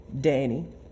Danny